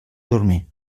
dormir